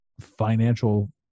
financial